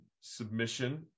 submission